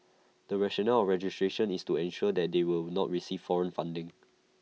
the rationale for registration is to ensure that they will not receive foreign funding